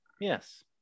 Yes